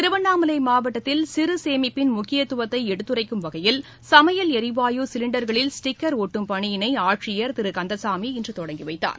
திருவண்ணாமலை மாவட்டத்தில் சீர்சேமிப்பின் முக்கியத்துவத்தை எடுத்துரைக்கும் வகையில் சமையல் எரிவாயு சிலிண்டர்களில் ஸ்டிக்கர் ஒட்டும் பணியினை ஆட்சியர் திரு கந்தசாமி இன்று தொடங்கி வைத்தார்